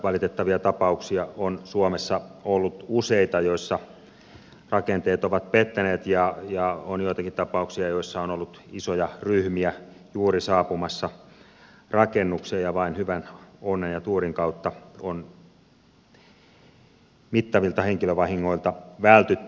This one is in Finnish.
valitettavia tapauksia on suomessa ollut useita joissa rakenteet ovat pettäneet ja on joitakin tapauksia joissa on ollut isoja ryhmiä juuri saapumassa rakennukseen ja vain hyvän onnen ja tuurin kautta on mittavilta henkilövahingoilta vältytty